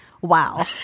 Wow